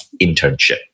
internship